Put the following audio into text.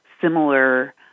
similar